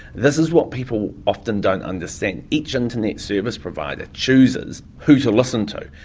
this is what people often don't understand each internet service provider chooses who to listen to.